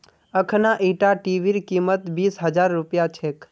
अखना ईटा टीवीर कीमत बीस हजार रुपया छेक